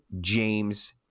James